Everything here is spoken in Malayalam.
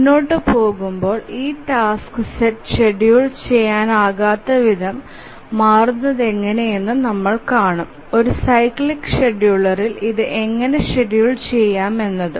മുന്നോട്ട് പോകുമ്പോൾ ഈ ടാസ്ക് സെറ്റ് ഷെഡ്യൂൾ ചെയ്യാനാകാത്തവിധം മാറുന്നതെങ്ങനെയെന്ന് നമ്മൾ കാണും ഒരു സൈക്ലിക് ഷെഡ്യൂളറിൽ ഇത് എങ്ങനെ ഷെഡ്യൂൾ ചെയ്യാം എന്നതും